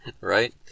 Right